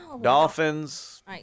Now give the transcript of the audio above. Dolphins